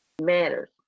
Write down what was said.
matters